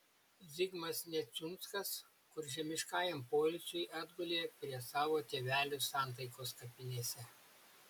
zigmas neciunskas kur žemiškajam poilsiui atgulė prie savo tėvelių santaikos kapinėse